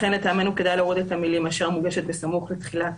לכן לטעמנו כדאי להוריד המילים: אשר מוגשת בסמוך לתחילת